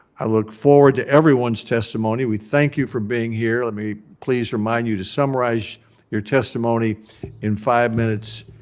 i look forward to everyone's testimony. we thank you for being here. let me please remind you to summarize your testimony in five minutes,